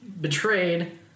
betrayed